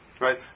right